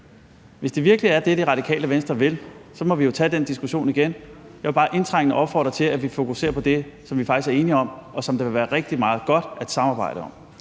Hvis det virkelig er det, Det Radikale venstre vil, så må vi jo tage den diskussion igen. Jeg vil bare indtrængende opfordre til, at vi fokuserer på det, som vi faktisk er enige om, og som der vil været rigtig meget godt at samarbejde om.